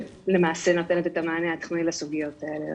שלמעשה נותנת את המענה התכנוני לסוגיות האלה.